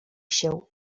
się